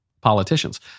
politicians